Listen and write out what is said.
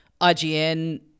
IGN